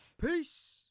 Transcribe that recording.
Peace